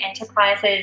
enterprises